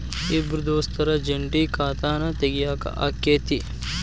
ಇಬ್ರ ದೋಸ್ತರ ಜಂಟಿ ಖಾತಾನ ತಗಿಯಾಕ್ ಆಕ್ಕೆತಿ?